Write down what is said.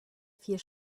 vier